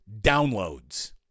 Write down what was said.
downloads